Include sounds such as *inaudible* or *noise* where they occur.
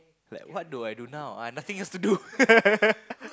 like what do I do now I nothing else to do *laughs*